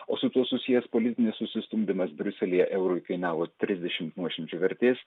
o su tuo susijęs politinis susistumdymas briuselyje eurui kainavo trisdešim nuošimčių vertės